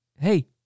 hey